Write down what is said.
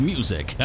Music